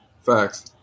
facts